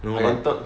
I entered